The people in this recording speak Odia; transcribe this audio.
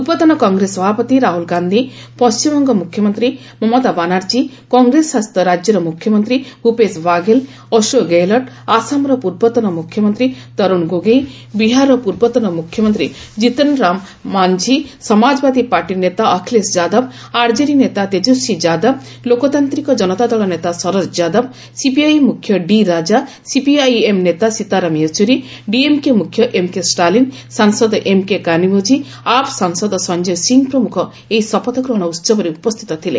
ପୂର୍ବତନ କଂଗ୍ରେସ ସଭାପତି ରାହୁଲ ଗାନ୍ଧୀ ପଣ୍ଟିମବଙ୍ଗ ମୁଖ୍ୟମନ୍ତ୍ରୀ ମମତା ବାନାର୍ଜୀ କଂଗ୍ରେସ ଶାସିତ ରାଜ୍ୟର ମୁଖ୍ୟମନ୍ତ୍ରୀ ଭୂପେଶ ବାଘେଲ ଅଶୋକ ଗେହଲ୍ଟ ଆସାମର ପୂର୍ବତନ ମୁଖ୍ୟମନ୍ତ୍ରୀ ତରୁଣ ଗୋଗୋଇ ବିହାରର ପୂର୍ବତନ ମୁଖ୍ୟମନ୍ତ୍ରୀ ଜିତନ୍ରାମ ମାନ୍ଝି ସମାଜବାଦୀ ପାଟି ନେତା ଅଖିଲେଶ ଯାଦବ ଆରଜେଡି ନେତା ତେଜସ୍ୱୀ ଯାଦବ ଲୋକତାନ୍ତିକ ଜନତାଦଳ ନେତା ଶରଦ ଯାଦବ ସିପିଆଇ ମୁଖ୍ୟ ଡି ରାଜା ସିପିଆଇଏମ୍ ନେତା ସୀତାରାମ ୟେଚୁରୀ ଡିଏମକେ ମୁଖ୍ୟ ଏନକେ ଷ୍ଟାଲିନ୍ ସାଂସଦ ଏମ୍କେ କାନିମୋଝି ଆପ୍ ସାଂସଦ ସଞ୍ଜୟ ସିଂ ପ୍ରମୁଖ ଏହି ଶପଥ ଗ୍ରହଣ ଉତ୍ସବରେ ଉପସ୍ଥିତ ଥିଲେ